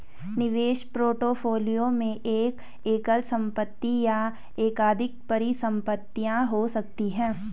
निवेश पोर्टफोलियो में एक एकल संपत्ति या एकाधिक परिसंपत्तियां हो सकती हैं